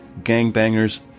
gangbangers